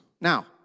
Now